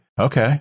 okay